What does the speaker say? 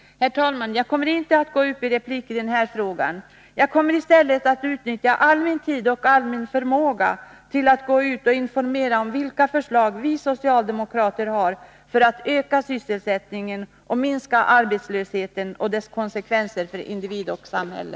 Herr talman! Jag kommer inte att gå upp i replik i den här frågan. Jag kommer i stället att utnyttja all min tid och all min förmåga till att gå ut och informera om vilka förslag vi socialdemokrater har för att öka sysselsättningen och minska arbetslösheten och dess konsekvenser för individer och samhälle.